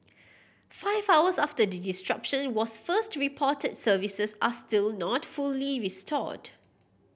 five hours after the disruption was first reported services are still not fully restored